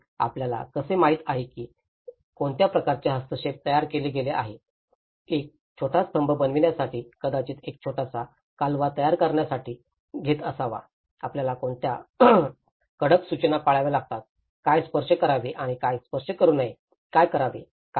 आणि आपल्याला कसे माहित आहे की कोणत्या प्रकारचे हस्तक्षेप तयार केले गेले आहेत एक छोटा स्तंभ बनविण्यासाठी कदाचित एक छोटासा कालवा तयार करण्यासाठी घेतला असावा आपल्याला कोणत्या कडक सूचना पाळाव्या लागतात काय स्पर्श करावे आणि काय स्पर्श करू नये काय करावे